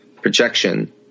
projection